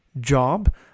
job